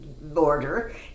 border